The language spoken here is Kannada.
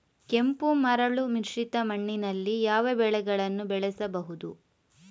ಕೆಂಪು ಮರಳು ಮಿಶ್ರಿತ ಮಣ್ಣಿನಲ್ಲಿ ಯಾವ ಬೆಳೆಗಳನ್ನು ಬೆಳೆಸಬಹುದು?